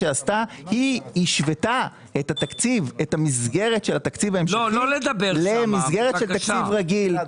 שהיא השוותה את המסגרת של התקציב ההמשכי למסגרת של תקציב רגיל.